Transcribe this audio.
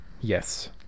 yes